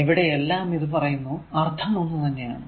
എവിടെയെല്ലാം ഇത് പറയുന്നോ അർഥം ഒന്ന് തന്നെയാണ്